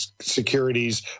securities